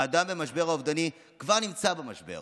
האדם במשבר האובדני כבר נמצא במשבר,